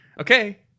Okay